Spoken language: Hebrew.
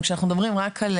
כשאנחנו מדברים רק על